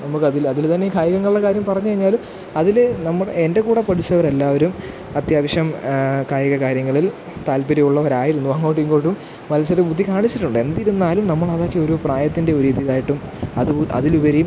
നമുക്കതില് അതില് തന്നെ കായികങ്ങളുടെ കാര്യം പറഞ്ഞ് കഴിഞ്ഞാലും അതില് നമ്മള് എൻ്റെ കൂടെ പഠിച്ചവരെല്ലാവരും അത്യാവശ്യം കായിക കാര്യങ്ങളിൽ താല്പര്യമുള്ളവരായിരുന്നു അങ്ങോട്ടുമിങ്ങോട്ടും മത്സര ബുദ്ധി കാണിച്ചിട്ടുണ്ട് എന്തിരുന്നാലും നമ്മളതൊക്കെയൊരു പ്രായത്തിൻ്റെ ഒരിതിതായിട്ടും അത് അതിലുപരി